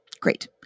Great